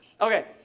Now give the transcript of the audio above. okay